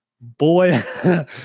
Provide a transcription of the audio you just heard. boy